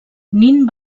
nin